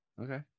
okay